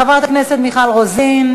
חברת הכנסת מיכל רוזין,